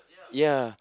ya